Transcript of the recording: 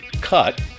cut